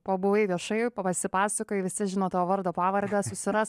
pabuvai viešai pasipasakojai visi žino tavo vardą pavardę susiras